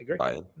Agree